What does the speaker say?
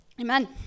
Amen